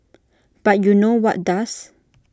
but you know what does